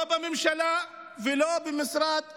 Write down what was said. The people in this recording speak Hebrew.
לא בממשלה ולא במשרד החינוך.